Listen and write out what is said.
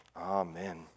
Amen